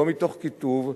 לא מתוך קיטוב,